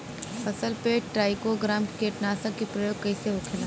फसल पे ट्राइको ग्राम कीटनाशक के प्रयोग कइसे होखेला?